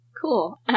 Cool